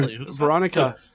Veronica